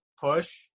push